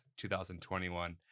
2021